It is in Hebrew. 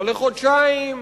לא לחודשיים,